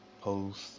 post